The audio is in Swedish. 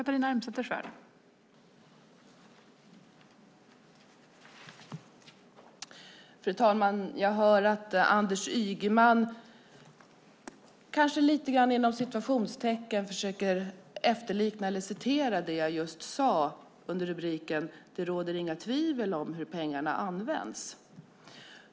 Fru talman! Jag hör att Anders Ygeman, kanske lite grann inom citationstecken, försöker referera det som jag just sade om att det inte råder några tvivel om hur pengarna används.